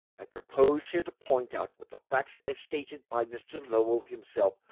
i propose here to point out what the facts, as stated by mr. lowell himself,